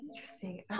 Interesting